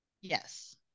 Yes